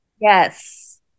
yes